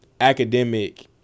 academic